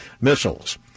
missiles